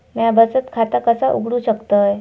म्या बचत खाता कसा उघडू शकतय?